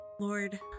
Lord